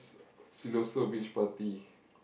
Siloso-Beach party